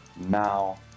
now